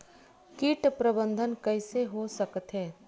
कीट प्रबंधन कइसे हो सकथे?